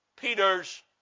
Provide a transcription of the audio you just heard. Peter's